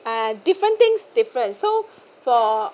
uh different things different so for